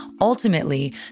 Ultimately